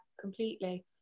completely